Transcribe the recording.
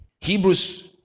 hebrews